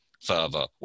further